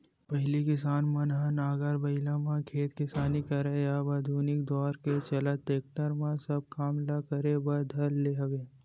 पहिली किसान मन ह नांगर बइला म खेत किसानी करय अब आधुनिक दौरा के चलत टेक्टरे म सब काम ल करे बर धर ले हवय